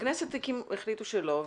בכנסת החליטו שלא,